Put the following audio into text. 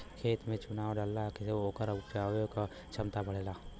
खेत में चुना डलला से ओकर उपराजे क क्षमता बढ़ेला